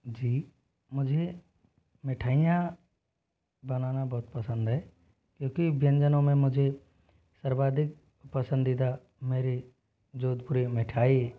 जी मुझे मिठाईयाँ बनाना बहुत पसंद है क्योंकि व्यंजनों में मुझे सर्वाधिक पसंदीदा मेरी जोधपुरी मिठाई